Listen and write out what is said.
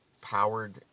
powered